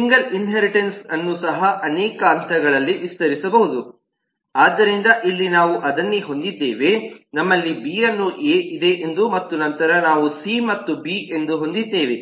single ಇನ್ಹೇರಿಟನ್ಸ್ಅನ್ನು ಸಹ ಅನೇಕ ಹಂತಗಳಲ್ಲಿ ವಿಸ್ತರಿಸಬಹುದು ಆದ್ದರಿಂದ ಇಲ್ಲಿ ನಾವು ಅದನ್ನೇ ಹೊಂದಿದ್ದೇವೆ ನಮ್ಮಲ್ಲಿ ಬಿ ಅನ್ನು ಎ ಇದೆ ಎಂದು ಮತ್ತು ನಂತರ ನಾವು ಸಿ ಅನ್ನು ಬಿ ಎಂದು ಹೊಂದಿದ್ದೇವೆ